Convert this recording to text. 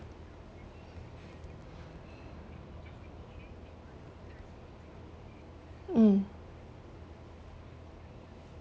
mm